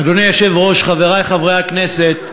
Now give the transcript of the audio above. אדוני היושב-ראש, חברי חברי הכנסת,